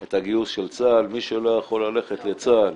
את הגיוס של צה"ל, מי שלא יכול ללכת לצה"ל